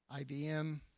IBM